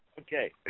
Okay